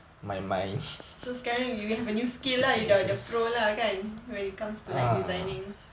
so sekarang you have a new skill lah you the pro lah kan when it comes to like designing